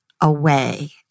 away